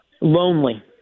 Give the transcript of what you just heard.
Lonely